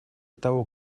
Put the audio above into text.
того